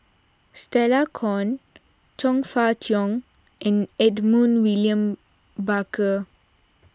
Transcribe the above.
Stella Kon Chong Fah Cheong and Edmund William Barker